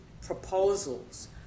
proposals